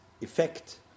effect